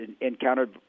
encountered